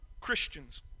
Christians